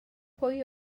pwy